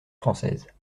française